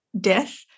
death